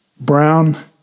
Brown